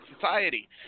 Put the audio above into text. society